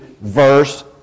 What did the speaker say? verse